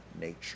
nature